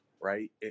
right